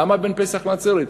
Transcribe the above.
למה בין פסח לעצרת?